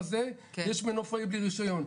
יש מנופאי בלי רישיון,